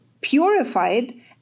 purified